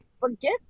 forget